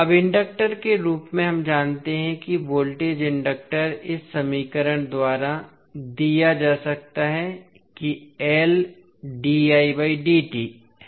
अब इंडक्टर के रूप में हम जानते हैं कि वोल्टेज इंडक्टर इस समीकरण द्वारा दिया जा सकता है कि है